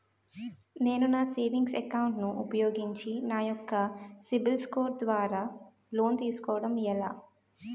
నేను నా savings account ను ఉపయోగించి నా యెక్క సిబిల్ స్కోర్ ద్వారా లోన్తీ సుకోవడం ఎలా?